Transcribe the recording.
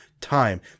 Time